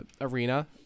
Arena